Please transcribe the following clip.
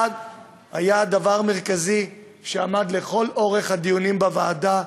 1. היה דבר מרכזי שעמד לכל אורך הדיונים בוועדה,